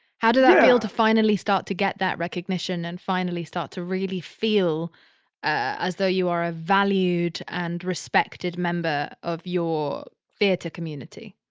how did that feel to finally start to get that recognition and finally start to really feel as though you are a valued and respected member of your theater community?